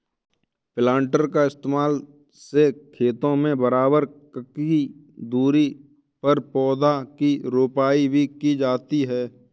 planter का इस्तेमाल से खेतों में बराबर ककी दूरी पर पौधा की रोपाई भी की जाती है